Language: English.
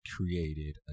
created